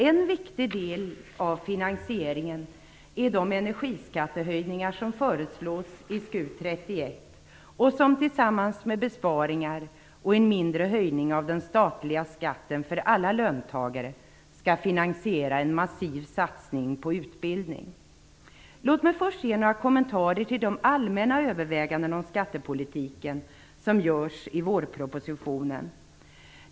En viktig del av finansieringen är de energiskattehöjningar som föreslås i SkU31 och som tillsammans med besparingar och en mindre höjning av den statliga skatten för alla löntagare skall finansiera en massiv satsning på utbildning. Låt mig först ge några kommentarer till de allmänna överväganden om skattepolitiken som görs i vårpropositionen.